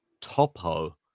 Topo